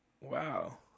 Wow